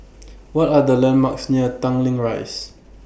What Are The landmarks near Tanglin Rise